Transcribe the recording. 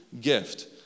gift